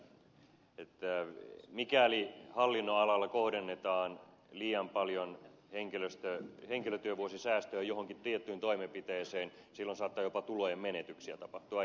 kalliskin viittasi että mikäli hallinnonalalla kohdennetaan liian paljon henkilötyövuosisäästöjä johonkin tiettyyn toimenpiteeseen silloin saattaa jopa tulojen menetyksiä tapahtua